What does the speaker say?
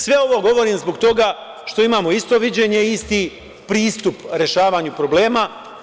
Sve ovo govorim zbog toga što imamo isto viđenje, isti pristup rešavanju problema.